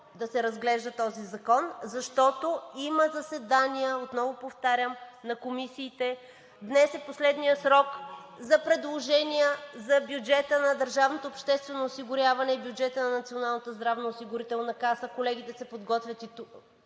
да се разглежда този закон, защото има заседания, отново повтарям, на комисиите, днес е последният срок за предложения за бюджета на държавното обществено осигуряване и бюджета на Националната здравноосигурителна каса, колегите се подготвят, при